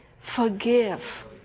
forgive